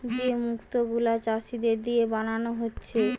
যে মুক্ত গুলা চাষীদের দিয়ে বানানা হচ্ছে